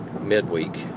midweek